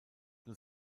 nur